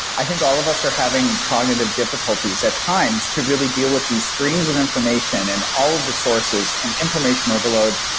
i think all of us are having cognitive difficulties at times to really deal with these streams of information and all the sources and information overload,